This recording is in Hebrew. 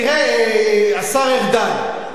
תראה, השר ארדן.